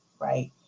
right